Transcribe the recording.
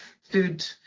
food